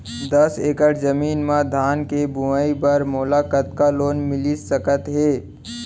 दस एकड़ जमीन मा धान के बुआई बर मोला कतका लोन मिलिस सकत हे?